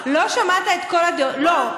לא שמעת את כל הדעות, מה?